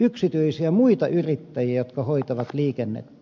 yksityisiä muita yrittäjiä jotka hoitavat liikennettä